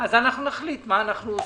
אז אנחנו נחליט מה אנחנו עושים.